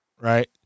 Right